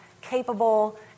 capable